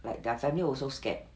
like their family also scared